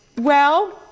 well,